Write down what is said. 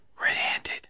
red-handed